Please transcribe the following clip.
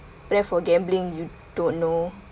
but that for gambling you don't know